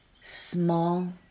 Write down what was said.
small